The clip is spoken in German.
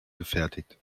gefertigt